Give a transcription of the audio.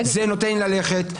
זה נותן לי ללכת.